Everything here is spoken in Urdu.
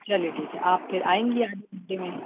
چلیے ٹھیک ہے آپ پھر آئیں گی آدھے گھنٹے میں